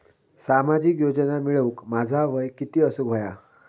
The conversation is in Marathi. सामाजिक योजना मिळवूक माझा वय किती असूक व्हया?